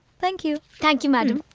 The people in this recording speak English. thank you thank you madam.